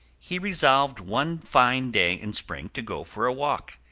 he resolved one fine day in spring to go for a walk,